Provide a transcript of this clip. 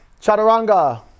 Chaturanga